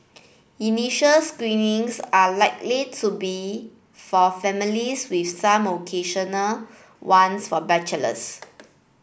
initial screenings are likely to be for families with some occasional ones for bachelors